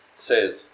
says